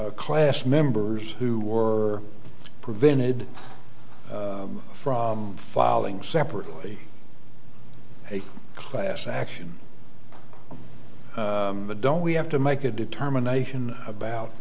a class members who were prevented from filing separately a class action but don't we have to make a determination about